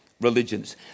religions